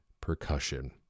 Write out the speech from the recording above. percussion